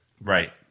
Right